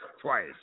Twice